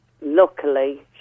Luckily